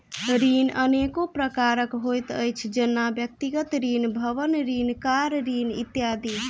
ऋण अनेको प्रकारक होइत अछि, जेना व्यक्तिगत ऋण, भवन ऋण, कार ऋण इत्यादि